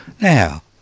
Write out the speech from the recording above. Now